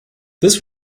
this